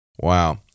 Wow